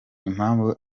impamvu